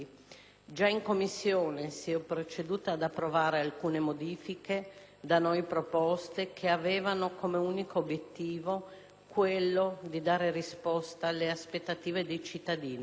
Già in Commissione si è proceduto ad approvare alcune modifiche da noi proposte, che avevano come unico obiettivo quello di dare risposta alle aspettative dei cittadini.